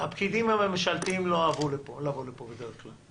הפקידים הממשלתיים לא אהבו לבוא לפה בדרך כלל.